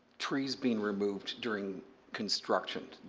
trees being removed during construction,